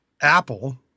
Apple